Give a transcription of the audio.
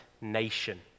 nation